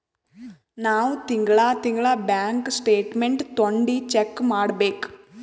ನಾವ್ ತಿಂಗಳಾ ತಿಂಗಳಾ ಬ್ಯಾಂಕ್ ಸ್ಟೇಟ್ಮೆಂಟ್ ತೊಂಡಿ ಚೆಕ್ ಮಾಡ್ಬೇಕ್